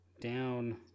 down